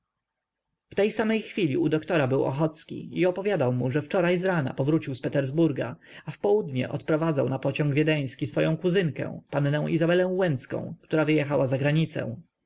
w tej samej porze u doktora był ochocki i opowiadał mu że wczoraj zrana powrócił z petersburga a w południe odprowadzał na pociąg wiedeński swoję kuzynkę pannę izabelę łęcką która wyjechała za granicę